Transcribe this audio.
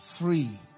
free